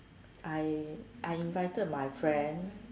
I I invited my friend